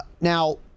Now